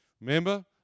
Remember